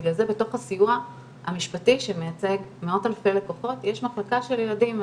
בגלל זה בתוך הסיוע המשפטי שמייצג מאות אלפי לקוחות יש מחלקה של ילדים.